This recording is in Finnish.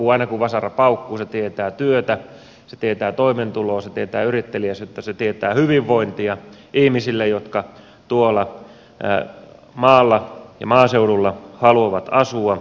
aina kun vasara paukkuu se tietää työtä se tietää toimeentuloa se tietää yritteliäisyyttä se tietää hyvinvointia ihmisille jotka tuolla maalla ja maaseudulla haluavat asua